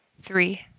three